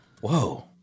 Whoa